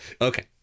Okay